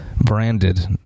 branded